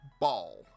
ball